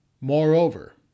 Moreover